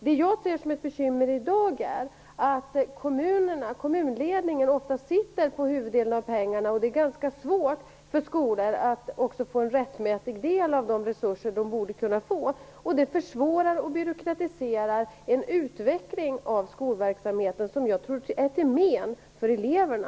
Det som jag ser som ett bekymmer i dag är att kommunledningen ofta sitter på huvuddelen av pengarna och att det är ganska svårt för skolorna att också få en rättmätig del av de resurser som de borde kunna få. Det försvårar och byråkratiserar en utveckling av skolverksamheten som jag tror är till men för eleverna.